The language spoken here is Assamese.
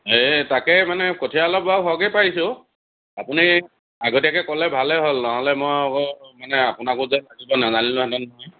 এই তাকে মানে কঠীয়া অলপ বাৰু সৰহকেই পাৰিছোঁ আপুনি আগতীয়াকৈ ক'লে ভালেই হ'ল নহ'লে মই আকৌ মানে আপোনাকো যে লাগিব নাজানিলোঁ হেঁতেন নহয়